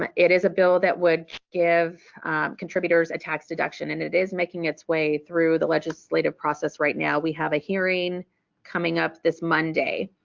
um it is a bill that would give contributors a tax deduction and it is making its way through the legislative process right now. we have a hearing coming up this monday